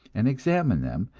and examined them,